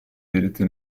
diritti